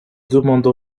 demande